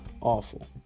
awful